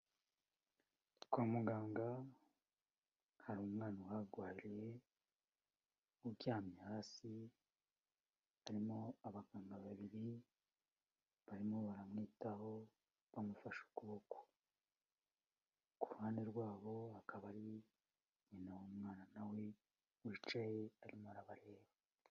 Kwa muganga hari umwana uharwariye, uryamye hasi, harimo abaganga babiri barimo baramwitaho bamufashe ukuboko. Ku ruhande rwabo hakaba hari nyina w'umwana nawe we wicaye arimo arabareba.